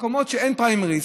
במקומות שאין פריימריז,